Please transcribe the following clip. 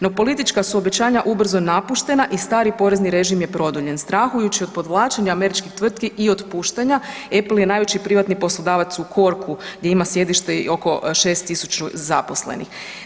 No politička su obećanja ubrzo napuštena i stari porezni režim je produljen strahujući od povlačenja američkih tvrtki i otpuštanja Apple je najveći privatni poslodavac u Corku gdje ima sjedište i oko 6.000 zaposlenih.